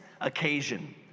occasion